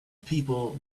people